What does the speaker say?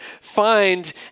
find